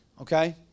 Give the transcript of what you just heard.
okay